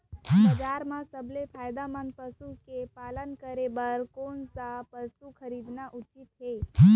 बजार म सबसे फायदामंद पसु के पालन करे बर कोन स पसु खरीदना उचित हे?